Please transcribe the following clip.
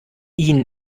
ihn